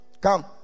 come